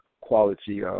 quality